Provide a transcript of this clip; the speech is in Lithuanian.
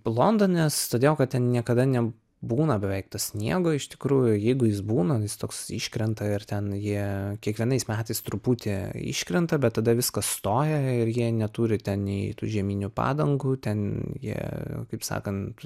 londonas todėl kad ten niekada ne būna beveik to sniego iš tikrųjų jeigu jis būna jis toks iškrenta ir ten jie kiekvienais metais truputį iškrenta bet tada viskas stoja ir jei neturi ten nei tų žieminių padangų ten jie kaip sakant